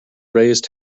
raise